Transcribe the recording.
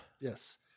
Yes